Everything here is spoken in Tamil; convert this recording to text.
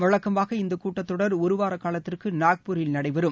வழக்கமாக இந்த கூட்டத்தொடர் ஒருவார காலத்திற்கு நாக்பூரில் நடைபெறும்